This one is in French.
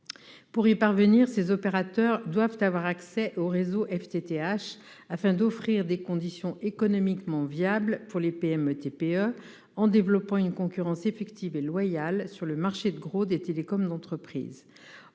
perspective, les opérateurs doivent avoir accès au réseau FTTH, afin de pouvoir offrir des conditions économiquement viables pour les PME-TPE en développant une concurrence effective et loyale sur le marché de gros des télécommunications d'entreprise.